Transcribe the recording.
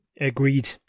agreed